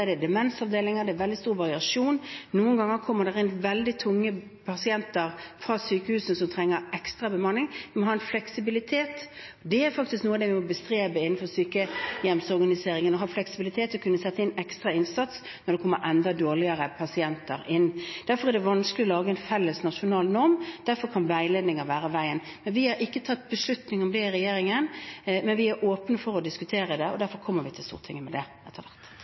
er i demensavdelinger – det er veldig stor variasjon. Noen ganger kommer det inn veldig tunge pasienter fra sykehusene som krever ekstra bemanning. Vi må ha en fleksibilitet. Det er faktisk noe av det vi må bestrebe oss på innenfor sykehjemsorganiseringen, å ha fleksibilitet og kunne sette inn ekstra innsats når det kommer enda dårligere pasienter inn. Derfor er det vanskelig å lage en felles nasjonal norm. Derfor kan veiledninger være veien. Vi har ikke tatt beslutning om det i regjeringen, men vi er åpne for å diskutere det, og derfor kommer vi til Stortinget med det.